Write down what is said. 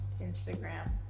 Instagram